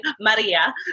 Maria